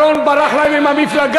איך שרון ברח להם עם המפלגה.